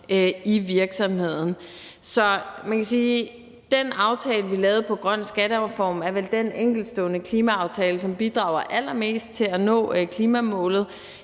i virksomheden. Den aftale om grøn skattereform, vi lavede, er vel den enkeltstående klimaaftale, som bidrager allermest til at nå klimamålet